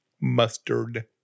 Mustard